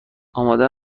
آمده